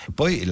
poi